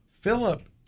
Philip